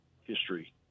history